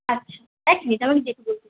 আচ্ছা এক মিনিট দাঁড়ান আমি দেখে বলছি